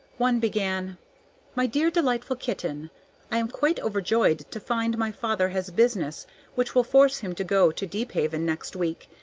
one began my dear, delightful kitten i am quite overjoyed to find my father has business which will force him to go to deephaven next week,